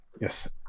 yes